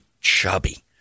chubby